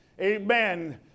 amen